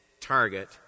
target